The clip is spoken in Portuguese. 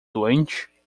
doente